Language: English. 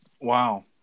Wow